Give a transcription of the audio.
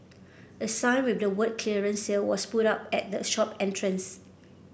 a sign with the words clearance sale was put up at the shop entrance